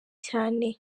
cyane